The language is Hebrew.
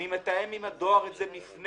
אני מתאם את זה עם הדואר קודם לכן,